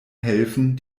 helfen